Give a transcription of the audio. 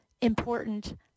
important